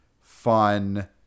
fun